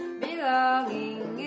belonging